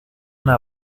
una